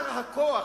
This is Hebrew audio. אלא מה שאני יכול,